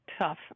tough